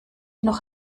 noch